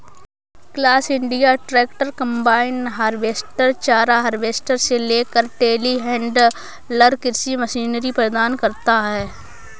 class India tractor, combine harvester, चारा harvester से लेकर टेलीहैंडलर कृषि मशीनरी प्रदान करता है